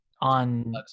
On